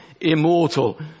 immortal